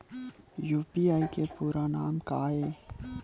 UPI के पूरा नाम का ये?